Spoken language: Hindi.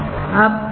अब क्या